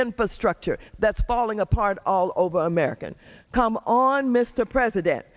infrastructure that's falling apart all over america and come on mr president